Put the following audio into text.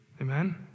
Amen